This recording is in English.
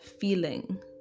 feeling